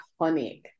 iconic